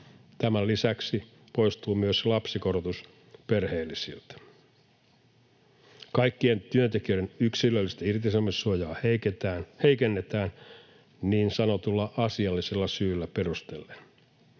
Tämän lisäksi poistuu myös lapsikorotus perheellisiltä. Kaikkien työntekijöiden yksilöllistä irtisanomissuojaa heikennetään niin sanotulla asiallisella syyllä perustellen.